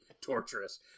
torturous